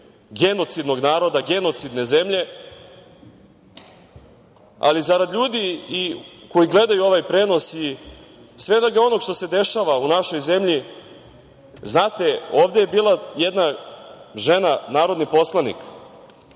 genocidnog naroda, genocidne zemlje, ali, zarad ljudi koji gledaju ovaj prenos i svega onog što se dešava u našoj zemlji, znate, ovde je bila jedna žena narodni poslanik.